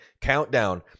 countdown